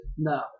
No